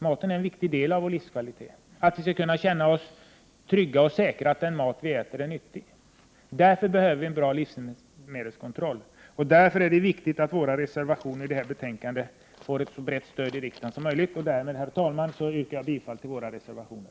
Maten är en viktig del av vårlivskvalitet. Vi skall kunna känna oss säkra på att den mat vi äter är nyttig. Därför behöver vi en bra livsmedelskontroll, och därför är det viktigt att våra reservationer i detta betänkande får ett så brett stöd i riksdagen som möjligt. Därmed, herr talman, yrkar jag bifall till våra reservationer.